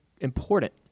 important